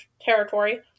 territory